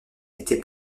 était